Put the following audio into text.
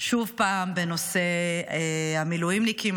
שוב פעם בנושא המילואימניקים,